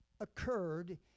occurred